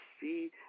see